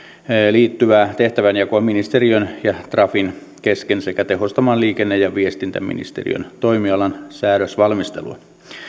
liittyvää tehtävänjakoa ministeriön ja trafin kesken sekä tehostamaan liikenne ja viestintäministeriön toimialan säädösvalmistelua